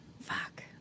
Fuck